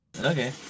Okay